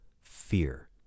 fear